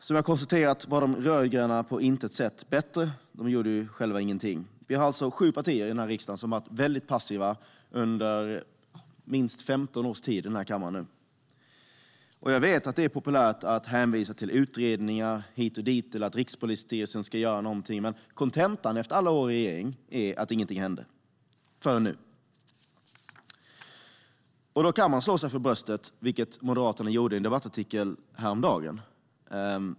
Som jag har konstaterat var de rödgröna på intet sätt bättre; de gjorde själva ingenting. Det är alltså sju partier i den här riksdagen som har varit väldigt passiva under minst 15 års tid. Jag vet att det är populärt att hänvisa till utredningar hit och dit eller till att Rikspolisstyrelsen ska göra något, men kontentan efter 15 år med olika regeringar är att ingenting har hänt förrän nu. Då kan man slå sig för bröstet, som Moderaterna gjorde i en debattartikel häromdagen.